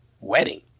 wedding